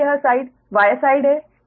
यहाँ यह side Y side है